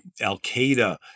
Al-Qaeda